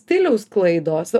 stiliaus klaidos